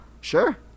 sure